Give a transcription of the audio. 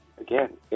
Again